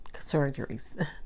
Surgeries